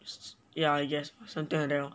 ya yes I guess or something like that lor